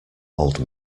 old